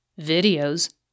videos